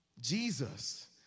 Jesus